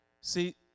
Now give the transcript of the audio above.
see